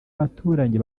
baturanyi